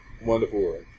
Wonderful